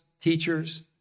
teachers